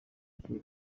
rukiko